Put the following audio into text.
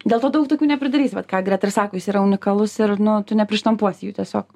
dėl to daug tokių nepridarysi vat ką greta ir sako jis yra unikalus ir nu tu neprištampuosi jų tiesiog